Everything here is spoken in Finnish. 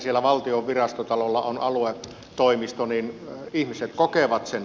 siellä valtion virastotalolla on aluetoimisto